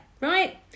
right